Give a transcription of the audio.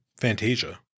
Fantasia